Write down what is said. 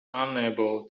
unable